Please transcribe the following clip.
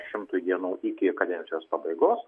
šimtui dienų iki kadencijos pabaigos